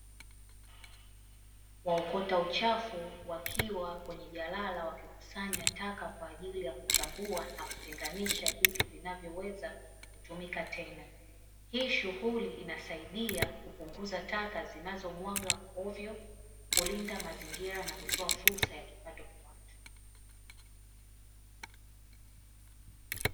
Waokota uchafu wakiwa kwenye jalala, wakikusanya taka kwa ajili ya kuchambua na kutenganisha vitu vinavyoweza kutumika tena, hii shughuli inasaidia kupunguza taka zinazomwagwa hovyo, kulinda mazingira na kutoa fursa ya kipato kwa watu.